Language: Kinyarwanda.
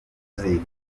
umukinnyi